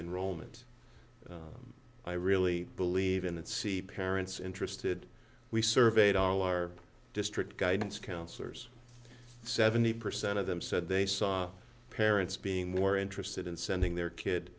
enrollment i really believe in it see parents interested we surveyed all our district guidance counselors seventy percent of them said they saw our parents being more interested in sending their kid